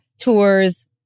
tours